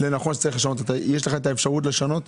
לנכון שצריך לשנות אותם יש לך את האפשרות לשנות?